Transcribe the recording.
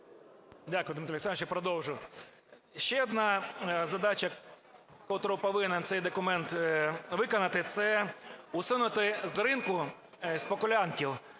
Дякую, Дмитро Олександрович. Я продовжу. Ще одна задача, котру повинен цей документ виконати, це усунути з ринку спекулянтів,